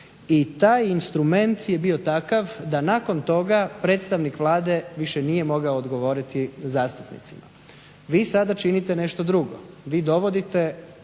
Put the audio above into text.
I taj instrument je bio takav da nakon toga predstavnik Vlade više nije mogao odgovoriti zastupnicima. Vi sada činite nešto drugo, vi dovodite